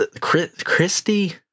Christy